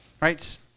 right